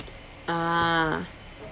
ah